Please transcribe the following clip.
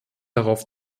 darauf